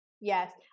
Yes